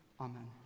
Amen